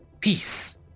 Peace